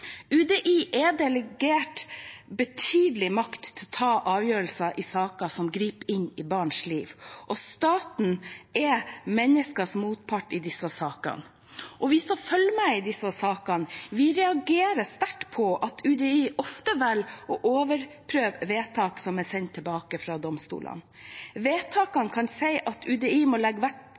UDI er delegert betydelig makt til å ta avgjørelser i saker som griper inn i barns liv, og staten er menneskers motpart i disse sakene. Vi som følger med på disse sakene, reagerer sterkt på at UDI ofte velger å overprøve vedtak som er sendt tilbake fra domstolene. Vedtakene kan si at UDI må legge vekt